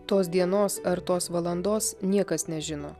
tos dienos ar tos valandos niekas nežino